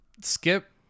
Skip